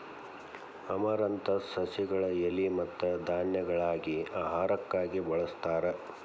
amaranthus ಸಸಿಗಳ ಎಲಿ ಮತ್ತ ಧಾನ್ಯಗಳಾಗಿ ಆಹಾರಕ್ಕಾಗಿ ಬಳಸ್ತಾರ